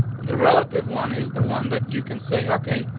the relative one is the one that you can say. okay,